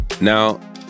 Now